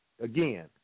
again